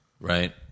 Right